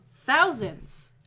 thousands